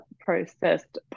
processed